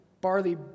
barley